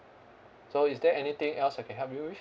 so is there anything else I can help you with